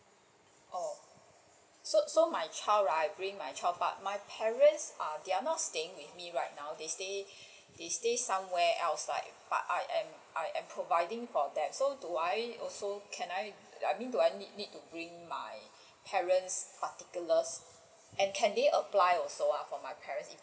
oh so so my child right I bring my child but my parents err they are not staying with me right now they stay they stay somewhere else but but I am I am providing for them so do I also can I I mean do I need need to bring my parents particulars and can they apply also for my parents